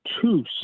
two